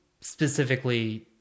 specifically